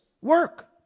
work